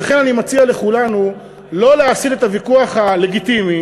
ולכן אני מציע לכולנו לא להסיט את הוויכוח הלגיטימי,